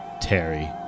Terry